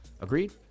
Agreed